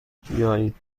بیایید